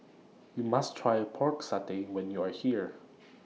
YOU must Try Pork Satay when YOU Are here